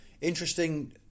interesting